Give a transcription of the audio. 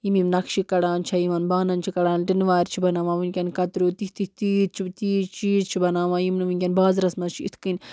یِم یِم نَقشہٕ کڑان چھےٚ یِمَن بانَن چھِ کڑان ٹِن وارِ چھےٚ بناوان وٕنۍکٮ۪ن کَتریوٗ تِتھ تِتھ تیٖتۍ چھِ تیٖتۍ چیٖز چھِ بناوان یِم نہٕ وٕنۍکٮ۪ن بازرَس منٛز چھِ یِتھ کَنۍ